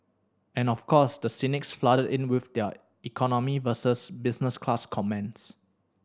and of course the cynics flooded in with their economy versus business class comments